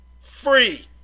Free